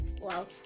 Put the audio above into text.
wow